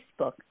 Facebook